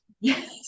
Yes